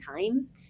times